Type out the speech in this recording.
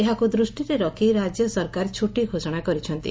ଏହାକୁ ଦୃଷ୍ଟିରେ ରଖ୍ ରାକ୍ୟ ସରକାର ଛୁଟି ଘୋଷଣା କରିଛନ୍ତି